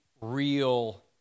real